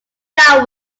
that